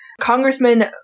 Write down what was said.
Congressman